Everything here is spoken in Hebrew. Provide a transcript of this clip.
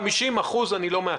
ו-50% אני לא מאתר,